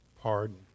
pardon